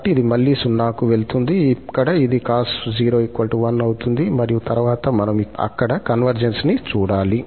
కాబట్టి ఇది మళ్ళీ 0 కి వెళుతుంది ఇక్కడ ఇది cos0 1 అవుతుంది మరియు తరువాత మనం అక్కడ కన్వర్జెన్స్ ని చూడాలి